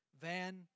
van